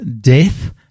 death